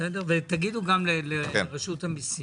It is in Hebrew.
ותגידו גם לרשות המסים.